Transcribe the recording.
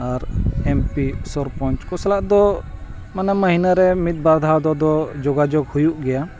ᱟᱨ M P sarpanch ᱠᱚ ᱥᱟᱞᱟᱜ ᱫᱚ ᱢᱟᱱᱮ ᱢᱟᱹᱦᱱᱟ ᱨᱮ ᱢᱤᱫ ᱵᱟᱨ ᱫᱷᱟᱣ ᱫᱚ ᱡᱳᱜᱟᱡᱳᱜᱽ ᱦᱩᱭᱩᱜ ᱜᱮᱭᱟ